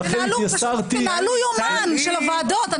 תנהלו יומן של הוועדות.